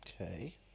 Okay